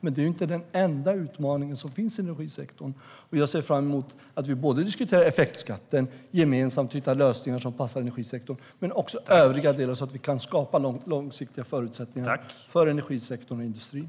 Det är dock inte den enda utmaningen som finns i energisektorn, och jag ser fram emot att vi både diskuterar effektskatten och gemensamt hittar lösningar som passar energisektorn men också övriga delar så att vi kan skapa långsiktiga förutsättningar för energisektorn och industrin.